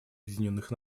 объединенных